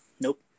Nope